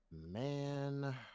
man